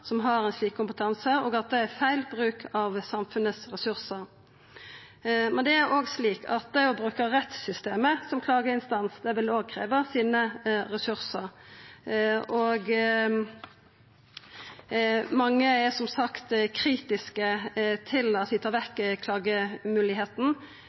som har ein slik kompetanse, og at det er feil bruk av ressursar. Men det er òg slik at det å bruka rettssystemet som klageinstans vil krevja ressursar. Mange er som sagt kritiske til at